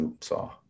saw